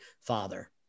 father